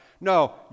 No